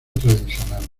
tradicional